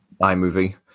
iMovie